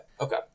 okay